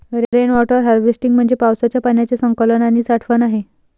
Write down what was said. rain water harvesting म्हणजे पावसाच्या पाण्याचे संकलन आणि साठवण आहे